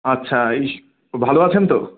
আচ্ছা এই তো ভালো আছেন তো